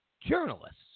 journalists